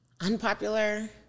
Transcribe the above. Unpopular